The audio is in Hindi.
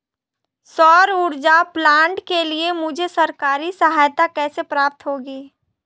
सौर ऊर्जा प्लांट के लिए मुझे सरकारी सहायता कैसे प्राप्त होगी?